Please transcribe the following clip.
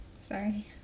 Sorry